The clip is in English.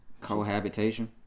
Cohabitation